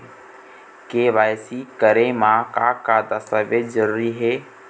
KYC करे म का का दस्तावेज जरूरी हे?